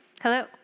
Hello